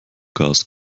gas